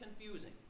confusing